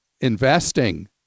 investing